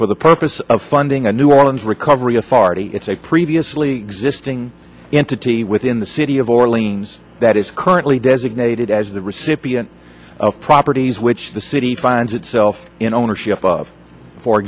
for the purpose of funding a new orleans recovery authority it's a previously existing entity within the city of orleans that is currently designated as the recipient of properties which the city finds itself in ownership of for